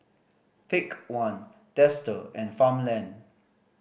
Take One Dester and Farmland